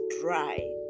dry